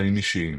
חיים אישיים